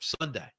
Sunday